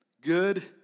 Good